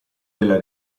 della